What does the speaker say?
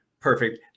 Perfect